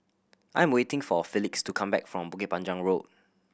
I am waiting for Felix to come back from Bukit Panjang Road